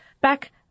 Back